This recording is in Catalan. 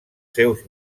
seus